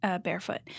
barefoot